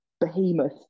behemoth